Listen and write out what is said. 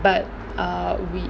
but err we